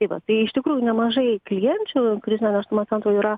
tai va tai iš tikrųjų nemažai klienčių krizinio nėštumo centro yra